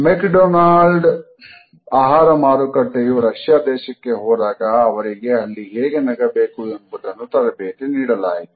McDonald ಆಹಾರ ಮಾರುಕಟ್ಟೆಯು Russia ದೇಶಕ್ಕೆ ಹೋದಾಗ ಅವರಿಗೆ ಅಲ್ಲಿ ಹೇಗೆ ನಗಬೇಕು ಎಂಬುದನ್ನು ತರಬೇತಿ ನೀಡಲಾಯಿತು